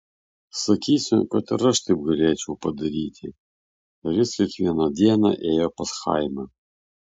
sakysiu kad ir aš taip galėčiau padaryti ris kiekvieną dieną ėjo pas chaimą